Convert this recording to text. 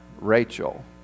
Rachel